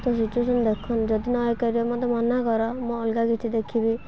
ତ ସିଚୁଏସନ୍ ଦେଖନ୍ତୁ ଯଦି ନ ମୋତେ ମନା କର ମୁଁ ଅଲଗା କିଛି ଦେଖିବି